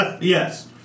Yes